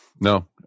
No